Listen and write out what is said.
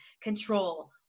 Control